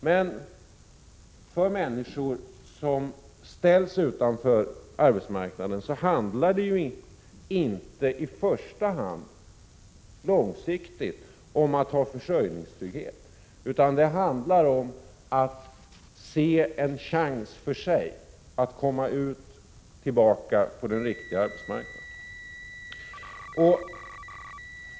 Men för människor som ställs utanför arbetsmarknaden handlar det inte i första hand långsiktigt om att ha försörjningstrygghet, utan det handlar om att se en chans att komma tillbaka ut på den riktiga arbetsmarknaden.